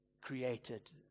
created